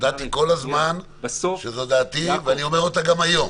הודעתי כל הזמן שזו דעתי ואני אומר אותה גם היום.